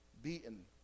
beaten